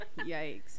yikes